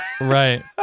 Right